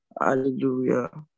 Hallelujah